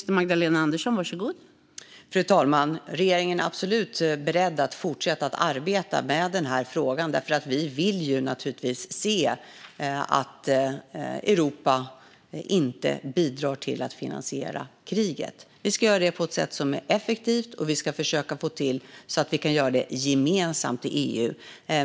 Fru talman! Regeringen är absolut beredd att fortsätt arbeta med den här frågan, för vi vill naturligtvis se att Europa inte bidrar till att finansiera kriget. Vi ska göra det på ett sätt som är effektivt, och vi ska försöka få till att vi kan göra det gemensamt i EU.